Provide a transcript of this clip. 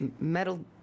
metal